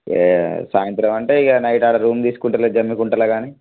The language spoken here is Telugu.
ఇక సాయంత్రం అంటే నైట్ అక్కడ రూమ్ తీసుకుంటలే జమ్మికుంటలో కానీ